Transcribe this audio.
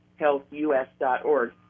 healthus.org